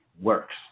works